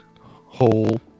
whole